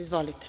Izvolite.